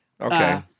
Okay